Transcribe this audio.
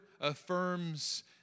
affirms